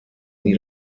nie